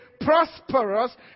prosperous